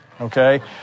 Okay